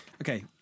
Okay